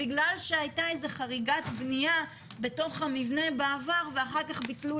בגלל שהייתה איזה חריגת בנייה בתוך המבנה בעבר ואחר כך ביטלו